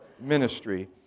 ministry